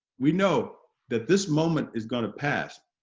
we know that this moment is going to pass,